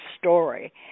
story